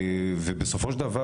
ובסופו של דבר,